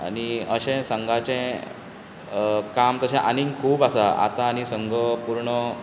आनी अशें संघाचें काम तशें आनीक खूब आसा आतां आनीक संघ पूर्ण